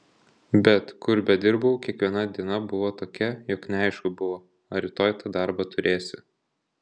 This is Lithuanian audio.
bet kur bedirbau kiekviena diena buvo tokia jog neaišku buvo ar rytoj tą darbą turėsi